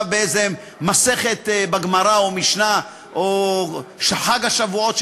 באיזו מסכת בגמרא או במשנה או של חג השבועות,